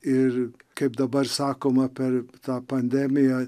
ir kaip dabar sakoma per tą pandemiją